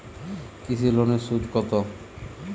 কৃষি লোনের সুদ কত?